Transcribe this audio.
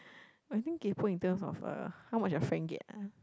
I think kaypo in terms of uh how much your friend get ah